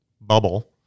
bubble